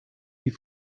die